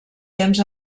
temps